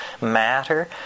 matter